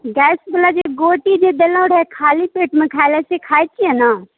गैसवला जे गोटी जे देलहुँ रहै खाली पेटमे खाइलए से खाइ छिए ने